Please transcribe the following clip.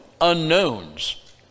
unknowns